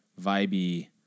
vibey